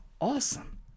awesome